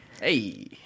Hey